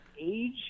age